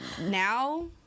now